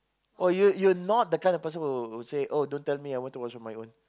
oh you you not the kind of person who who say oh don't tell me I want to watch on my own